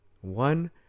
one